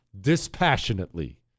dispassionately